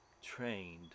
trained